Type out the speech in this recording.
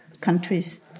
countries